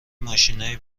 ماشینای